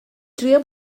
drio